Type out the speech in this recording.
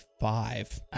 five